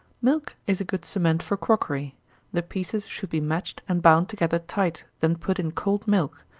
milk is a good cement for crockery the pieces should be matched, and bound together tight, then put in cold milk,